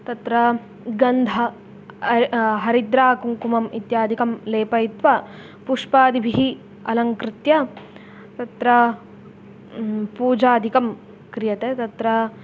तत्र गन्ध हरिद्राकुङ्कुमम् इत्यादिकं लेपयित्वा पुष्पादिभिः अलङ्कृत्य तत्र पूजादिकं क्रियते तत्र